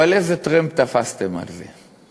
אבל איזה טרמפ תפסתם על זה?